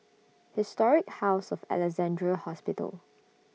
Historic House of Alexandra Hospital